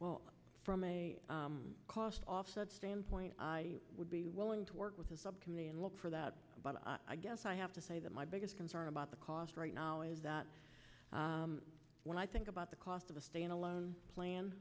well from a cost offset standpoint i would be willing to work with the subcommittee and look for that but i guess i have to say that my biggest concern about the cost right now is that when i think about the cost of a standalone plan